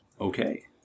Okay